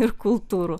ir kultūrų